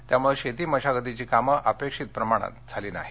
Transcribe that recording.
त्यामुळं शेती मशागतीची काम अपेक्षित प्रमाणात झाली नाहीत